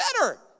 better